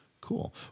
Cool